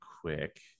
quick